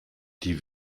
die